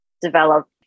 develop